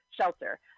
shelter